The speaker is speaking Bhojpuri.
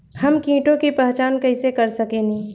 हम कीटों की पहचान कईसे कर सकेनी?